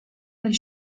that